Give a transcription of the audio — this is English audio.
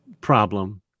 problem